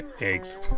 eggs